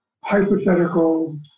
hypothetical